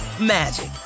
magic